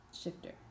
shifter